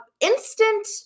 instant